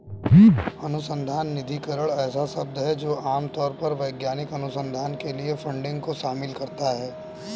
अनुसंधान निधिकरण ऐसा शब्द है जो आम तौर पर वैज्ञानिक अनुसंधान के लिए फंडिंग को शामिल करता है